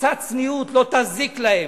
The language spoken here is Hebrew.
וקצת צניעות לא תזיק להם.